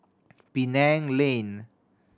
Penang Lane